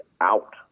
out